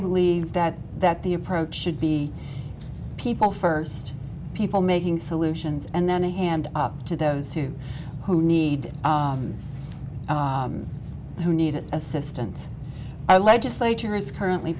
believe that that the approach should be people first people making solutions and then a hand up to those who who need who need assistance i legislature is currently